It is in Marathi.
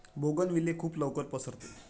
बोगनविले खूप लवकर पसरते